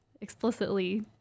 explicitly